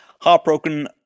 Heartbroken